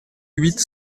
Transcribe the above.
huit